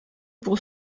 pour